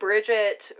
Bridget